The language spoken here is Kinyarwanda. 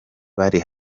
bari